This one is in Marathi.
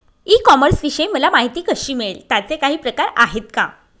ई कॉमर्सविषयी मला माहिती कशी मिळेल? त्याचे काही प्रकार आहेत का?